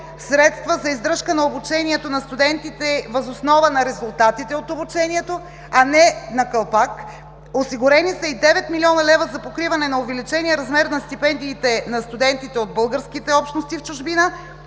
средства за издръжка на обучението на студентите въз основа на резултатите от обучението, а не на калпак. Осигурени са и 9 млн. лв. за покриване на увеличения размер на стипендиите на студентите от българските общности в чужбина.